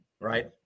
right